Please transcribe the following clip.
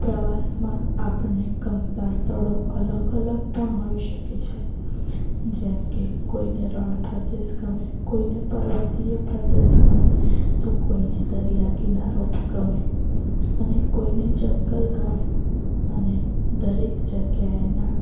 પ્રવાસમાં આપણને ગમતા સ્થળો અલગ અલગ પણ હોઇ શકે છે જેમકે કોઈને રણ પ્રદેશ ગમે કોઈને પર્વતીય પ્રદેશ ગમે તો કોઈને દરિયાકિનારો ગમે અને કોઈને જંગલ ગમે અને દરેક જગ્યા એના